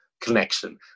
connection